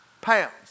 pounds